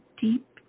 deep